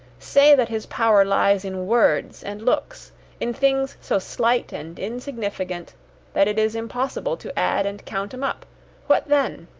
say that his power lies in words and looks in things so slight and insignificant that it is impossible to add and count em up what then?